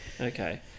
Okay